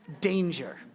danger